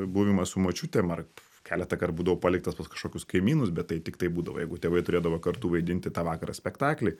buvimas su močiutėm ar keletąkart būdavau paliktas pas kažkokius kaimynus bet tai tiktai būdavo jeigu tėvai turėdavo kartu vaidinti tą vakarą spektaklį